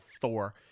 Thor